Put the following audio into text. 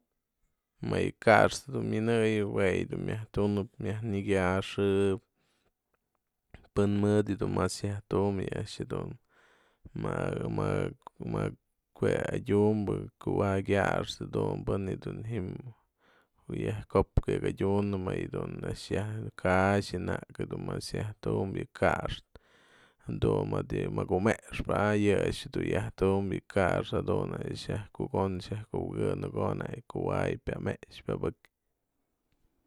Më yë ka'axtë du minëyen jue yë dun myaj tunëp myaj në kaxëp, pën mëdë yëdun mas yajtu'umpë yë a'ax dun më jue adyumbë kuay kaxpë pën je du ji'im wë yaj ko'op yak adyunpëp më yë a'ax yajkaxa'an yëna'ak dun mas yaj tumbë ka'axtë, dun mëdë yë mëkumexpë a'ax yë dun yajtumpë yë ka'axtë jadun a'ax yë xiaj kuko'on xiaj kubëkëp në ko'o nak kuay pya mexë pya bëk.